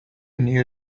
knew